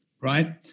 right